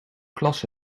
glas